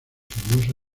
hermosa